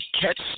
catch